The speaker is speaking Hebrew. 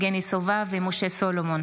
יבגני סובה ומשה סולומון